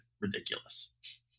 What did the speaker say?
ridiculous